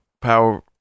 Power